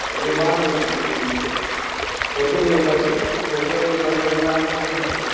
ही one way ticket ती वतून येवपा जाय वोतून येवपा जाय जाल्यार आनी तीन आसा